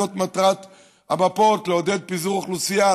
זאת מטרת המפות: לעודד פיזור אוכלוסייה,